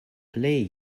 plej